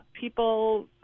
people